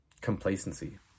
complacency